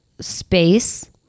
space